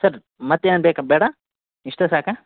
sir ಮತ್ತೇನು ಬೇಕಾ ಬೇಡ ಇಷ್ಟೇ ಸಾಕಾ